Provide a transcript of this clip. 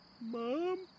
mom